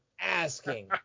asking